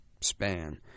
span